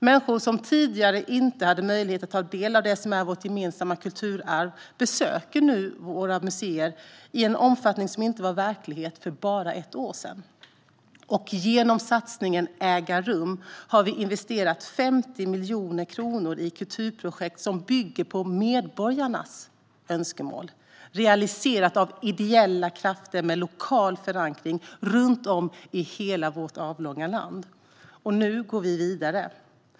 Människor som tidigare inte hade möjlighet att ta del av det som är vårt gemensamma kulturarv besöker nu våra museer i en omfattning som inte var verklighet för bara ett år sedan. Genom satsningen Äga rum har vi investerat 50 miljoner kronor i kulturprojekt som bygger på medborgarnas önskemål och som realiseras av ideella krafter med lokal förankring runt om i hela vårt avlånga land. Nu går vi vidare.